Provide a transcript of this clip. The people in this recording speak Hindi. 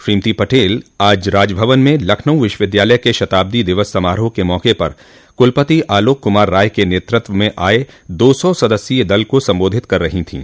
श्रीमती पटेल आज राजभवन में लखनऊ विश्वविद्यालय के शताब्दी दिवस समारोह के मौक पर कुलपति आलोक कुमार राय के नेतृत्व में आये दो सौ सदस्यीय दल को सम्बोधित कर रही थीं